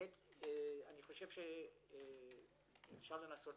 אני חושב שאפשר לנסות